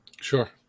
Sure